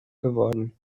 geworden